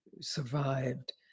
survived